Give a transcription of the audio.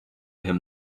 him